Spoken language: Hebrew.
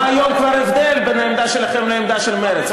מה היום כבר ההבדל בין העמדה שלכם לעמדה של מרצ?